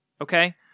okay